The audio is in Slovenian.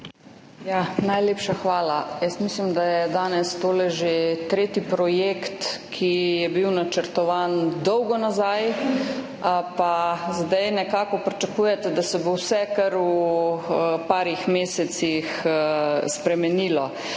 Najlepša hvala. Jaz mislim, da je danes tole že tretji projekt, ki je bil načrtovan dolgo nazaj, pa zdaj nekako pričakujete, da se bo vse kar v nekaj mesecih spremenilo.